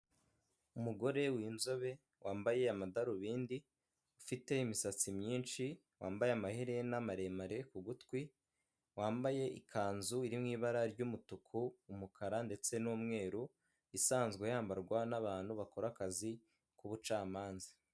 Umugore w'inzobe, wambaye amadarubindi, ufite imisatsi myinshi, wambaye amaherena maremare ku gutwi, wambaye ikanzu iri mu ibara ry'umutuku, umukara ndetse n'umweru, isanzwe yambarwa n'abantu bakora akazi k'ubucamanza.